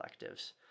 collectives